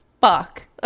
fuck